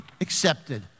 accepted